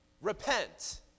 repent